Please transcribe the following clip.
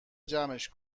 جمعش